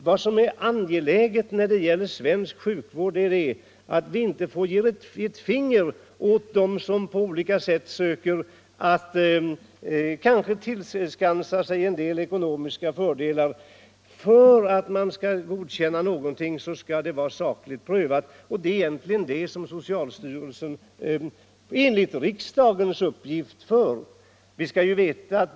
Vad som är angeläget när det gäller svensk sjukvård är att vi inte ger ett finger åt dem som på olika sätt söker tillskansa sig en del ekonomiska fördelar. För att man skall godkänna någonting skall det vara sakligt prövat, och det är egentligen det som socialstyrelsen på riksdagens uppdrag ser till.